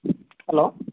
hello